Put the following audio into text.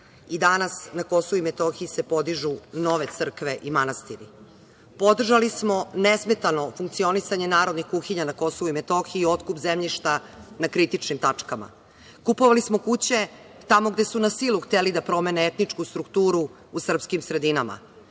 i danas na KiM se podižu nove crkve i manastiri. Podržali smo nesmetano funkcionisanje narodnih kuhinja na KiM, otkup zemljišta na kritičnim tačkama. Kupovali smo kuće tamo gde su na silu hteli da promene etničku strukturu u srpskim sredinama.